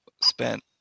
spent